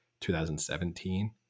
2017